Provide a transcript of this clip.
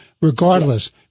regardless